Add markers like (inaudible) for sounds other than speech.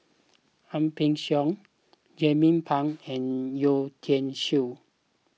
Ang (noise) Peng Siong Jernnine Pang and Yeo Tiam Siew